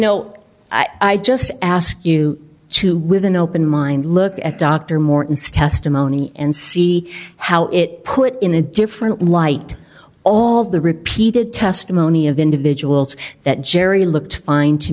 know i just ask you to with an open mind look at dr morton stastny monye and see how it put in a different light all of the repeated testimony of individuals that jerry looked fine to